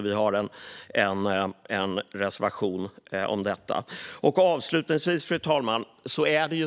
Vi har en reservation om detta. Fru talman!